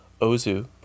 Ozu